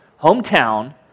hometown